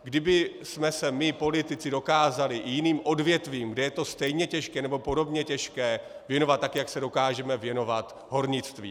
Kdybychom se my politici dokázali i jiným odvětvím, kde je to stejně těžké nebo podobně těžké, věnovat tak, jak se dokážeme věnovat hornictví.